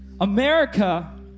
America